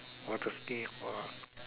what a skill !wah!